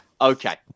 Okay